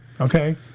Okay